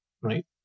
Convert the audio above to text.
right